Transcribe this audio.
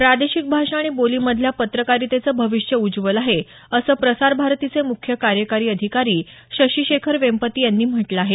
प्रादेशिक भाषा आणि बोलीमधल्या पत्रकारितेचं भविष्य उज्ज्वल आहे असं प्रसार भारतीचे मुख्य कार्यकारी अधिकारी शशि शेखर वेंपती यांनी म्हटलं आहे